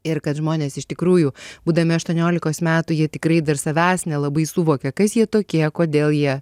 ir kad žmonės iš tikrųjų būdami aštuoniolikos metų jie tikrai dar savęs nelabai suvokia kas jie tokie kodėl jie